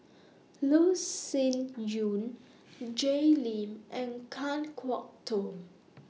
Loh Sin Yun Jay Lim and Kan Kwok Toh